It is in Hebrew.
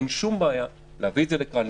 אין שום בעיה להביא את זה לכאן,